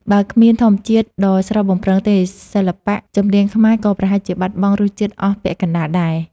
បើគ្មានធម្មជាតិដ៏ស្រស់បំព្រងទេ សិល្បៈចម្រៀងខ្មែរក៏ប្រហែលជាបាត់បង់រសជាតិអស់ពាក់កណ្ដាលដែរ។